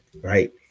right